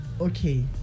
Okay